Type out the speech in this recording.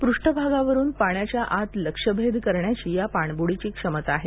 पृष्ठभागावरुन पाण्याच्या आत लक्ष्यभेद करण्याची या पाणबुडीची क्षमता आहे